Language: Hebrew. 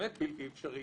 באמת בלתי אפשרי,